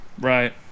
Right